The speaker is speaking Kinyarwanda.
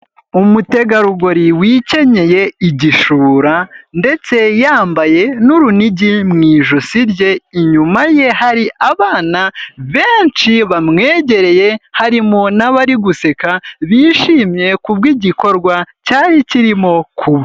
Umutegarugori wikenyeye igishura ndetse yambaye n'urunigi mu ijosi rye, inyuma ye hari abana benshi bamwegereye, harimo n'abari guseka, bishimye ku bw'igikorwa cyari kirimo kuba.